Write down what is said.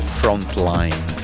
frontline